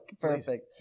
Perfect